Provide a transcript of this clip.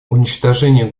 уничтожение